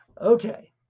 Okay